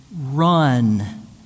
run